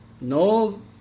No